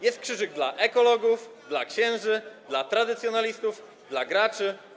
Jest krzyżyk dla ekologów, dla księży, dla tradycjonalistów, dla graczy.